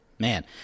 Man